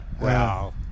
wow